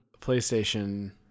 PlayStation